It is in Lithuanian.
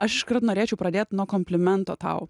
aš norėčiau pradėti nuo komplimento tau